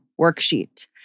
Worksheet